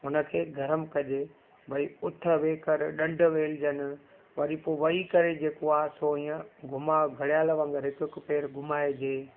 हुन खे गर्म कजे भई उथ वेहु कर ॾंड वेलजनि वरी पोइ वही करे जेको आहे सो ईअं घुमांव घड़ियाल वांगुरु हिकु हिकु पैर घुमाइजे